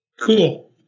Cool